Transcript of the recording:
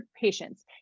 patients